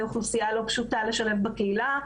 זו אוכלוסייה לא פשוטה לשלב בקהילה.